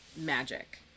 magic